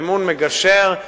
מימון מגשר,